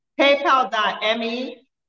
paypal.me